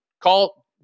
Call